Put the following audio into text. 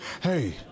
Hey